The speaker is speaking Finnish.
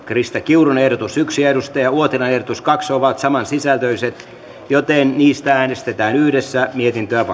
krista kiurun ehdotus yksi ja kari uotilan ehdotus kaksi ovat saman sisältöisiä joten niistä äänestetään yhdessä mietintöä